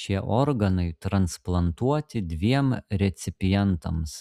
šie organai transplantuoti dviem recipientams